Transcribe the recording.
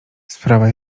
sprawa